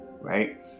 right